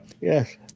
yes